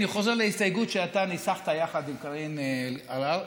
אני חוזר להסתייגות שאתה ניסחת יחד עם קארין אלהרר,